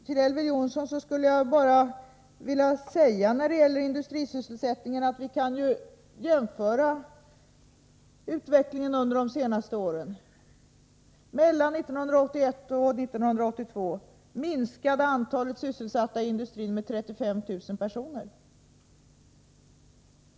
Till Elver Jonsson skulle jag vilja säga att när det gäller industrisysselsättningen kan vi jämföra utvecklingen under de senaste åren. Mellan 1981 och 1982 minskade antalet sysselsatta i industrin med 35 000 personer.